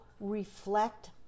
reflect